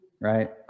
Right